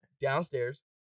Downstairs